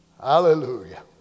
Hallelujah